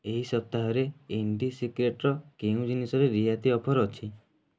ଏହି ସପ୍ତାହରେ ଇଣ୍ଡିସିକ୍ରେଟ୍ର କେଉଁ ଜିନିଷରେ ରିହାତି ଅଫର୍ ଅଛି